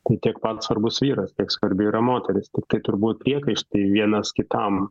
tiek man svarbus vyras tiek svarbi yra moteris tiktai turbūt priekaištai vienas kitam